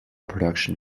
production